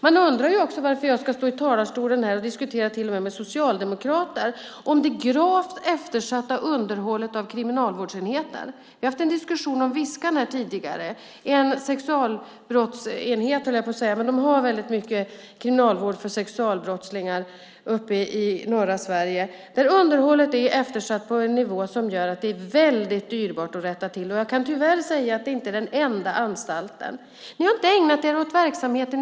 Jag undrar också varför jag ska stå här i talarstolen och diskutera till och med med socialdemokrater om det gravt eftersatta underhållet av kriminalvårdsenheter. Vi har haft en diskussion om Viskan här tidigare. Det är en kriminalvårdsenhet uppe i norra Sverige som har mycket kriminalvård för sexualbrottslingar. Där är underhållet eftersatt på en sådan nivå att det är väldigt dyrbart att rätta till. Jag kan tyvärr säga att det inte är den enda anstalten. Ni har inte ägnat er åt verksamheten.